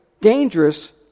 dangerous